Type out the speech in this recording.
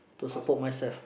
to support myself